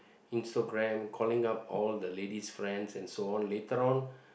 Instagram calling up all the ladies friends and so on later on